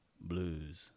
Blues